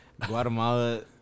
Guatemala